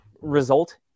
result